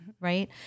right